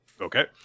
Okay